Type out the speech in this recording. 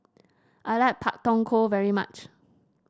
I like Pak Thong Ko very much